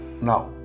now